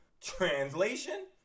Translation